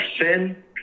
sin